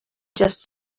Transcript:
just